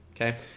okay